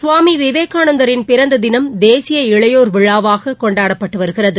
சுவாமி விவேகானந்தரின் பிறந்ததினம் தேசிய இளையோர் விழாவாக கொண்டாடப்பட்டு வருகிறது